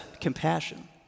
compassion